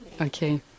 Okay